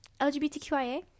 LGBTQIA